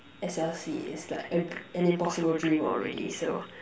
S_L_C it's like an impossible dream already so